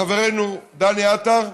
חברנו דני עטר,